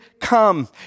come